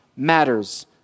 matters